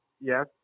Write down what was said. Yes